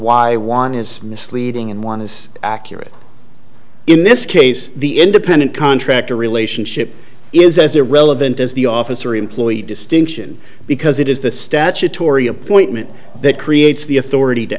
juan is misleading and one is accurate in this case the independent contractor relationship is as irrelevant as the office or employee distinction because it is the statutory appointment that creates the authority to